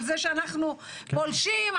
על זה שאנחנו פולשים,